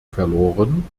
verloren